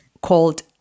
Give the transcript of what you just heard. called